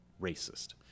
racist